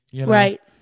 Right